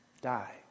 die